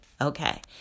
Okay